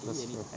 that's true